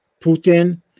Putin